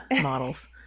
models